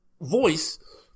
voice